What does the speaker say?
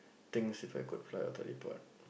things If I could fly or teleport